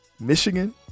Michigan